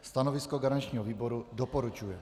Stanovisko garančního výboru: doporučuje.